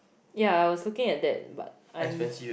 yeah I was looking at that but I'm